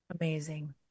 Amazing